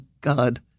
God